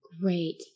Great